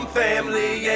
family